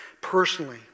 personally